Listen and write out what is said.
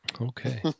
Okay